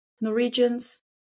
Norwegians